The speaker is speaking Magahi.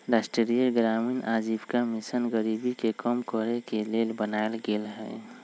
राष्ट्रीय ग्रामीण आजीविका मिशन गरीबी के कम करेके के लेल बनाएल गेल हइ